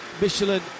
Michelin